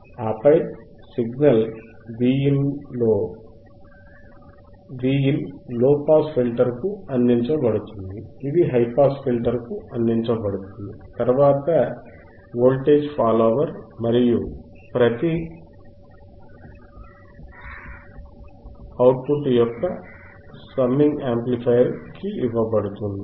ఆపై signal Vin low pass filter కు అందించబడుతుంది ఇది హైపాస్ ఫిల్టర్ కు అందించబడుతుంది తరువాత వోల్టేజ్ ఫాలోవర్ మరియు ప్రతి యొక్క అవుట్ పుట్ సమ్మింగ్ యాంప్లిఫైయర్ కు ఇవ్వబడుతుంది